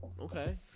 Okay